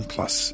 Plus